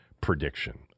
prediction